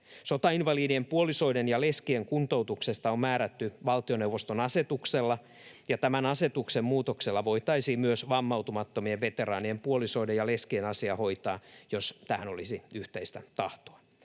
Sotainvalidien puolisoiden ja leskien kuntoutuksesta on määrätty valtioneuvoston asetuksella, ja tämän asetuksen muutoksella voitaisiin myös vammautumattomien veteraanien puolisoiden ja leskien asiaa hoitaa, jos tähän olisi yhteistä tahtoa.